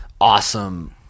awesome